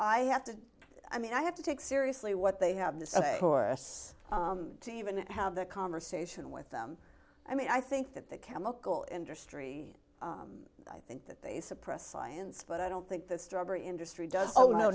i have to i mean i have to take seriously what they have this horse to even have the conversation with them i mean i think that the chemical industry i think that they suppress science but i don't think the strawberry industry does oh no